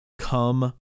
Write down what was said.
Come